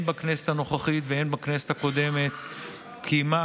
הן בכנסת הנוכחית והן בכנסת הקודמת קיימה